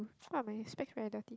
I feel like my specs very dirty